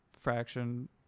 Fraction